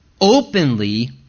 openly